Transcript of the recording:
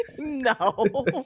No